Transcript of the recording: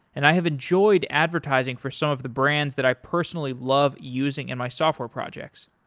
and i have enjoyed advertising for some of the brands that i personally love using in my software projects.